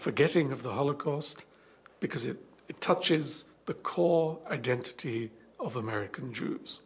forgetting of the holocaust because it touches the cole identity of american jews